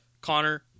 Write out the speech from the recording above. Connor